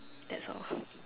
that's all